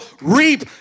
reap